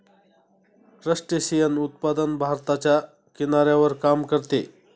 crustacean उत्पादन भारताच्या किनाऱ्यावर काम करते